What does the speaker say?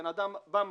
אדם בא,